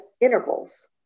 intervals